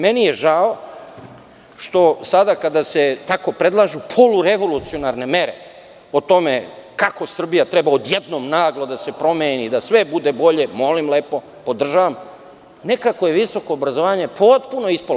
Meni je žao što sada kada se tako predlažu polurevolucionarne mere o tome kako Srbija treba odjednom naglo da se promeni, da sve bude bolje, molim lepo, podržavam, nekako je visoko obrazovanje potpuno ispalo.